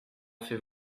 fait